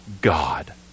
God